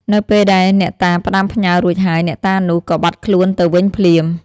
នៅពេលដែលអ្នកតាផ្ដាំផ្ញើររួចហើយ អ្នកតានោះក៏បាត់ខ្លួនទៅវិញភ្លាម។